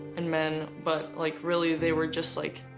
and men, but like really they were just, like